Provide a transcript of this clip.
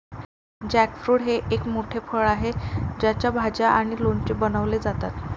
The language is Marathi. जॅकफ्रूट हे एक मोठे फळ आहे ज्याच्या भाज्या आणि लोणचे बनवले जातात